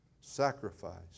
sacrifice